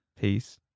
Peace